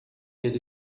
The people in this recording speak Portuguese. ele